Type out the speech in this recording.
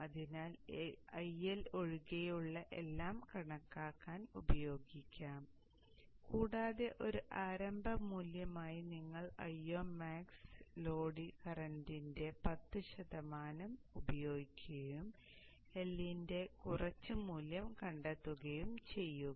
അതിനാൽ IL ഒഴികെയുള്ള എല്ലാം കണക്കാക്കാൻ ഉപയോഗിക്കാം കൂടാതെ ഒരു ആരംഭ മൂല്യമായി നിങ്ങൾ Io max ലോഡ് കറന്റിന്റെ 10 ശതമാനം ഇത് ഉപയോഗിക്കുകയും L ന്റെ കുറച്ച് മൂല്യം കണ്ടെത്തുകയും ചെയ്യുക